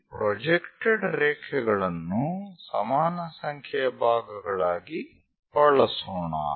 ಈ ಪ್ರೊಜೆಕ್ಟೆಡ್ ರೇಖೆಗಳನ್ನು ಸಮಾನ ಸಂಖ್ಯೆಯ ಭಾಗಗಳಾಗಿ ಬಳಸೋಣ